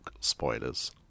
spoilers